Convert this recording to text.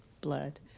blood